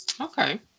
Okay